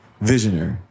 Visionary